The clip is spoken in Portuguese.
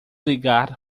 ligar